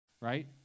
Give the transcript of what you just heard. Right